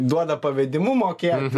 duoda pavedimu mokėt